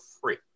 free